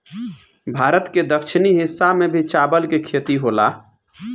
भारत के दक्षिणी हिस्सा में भी चावल के खेती होला